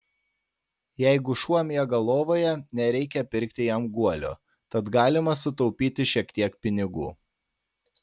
jeigu šuo miega lovoje nereikia pirkti jam guolio tad galima sutaupyti šiek tiek pinigų